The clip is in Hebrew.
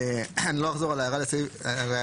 אני לא אחזור על ההערה בסעיף 21(ב),